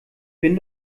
bin